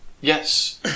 Yes